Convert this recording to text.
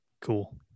Cool